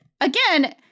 again